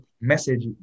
message